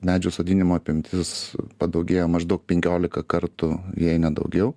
medžių sodinimo apimtis padaugėjo maždaug penkiolika kartų jei ne daugiau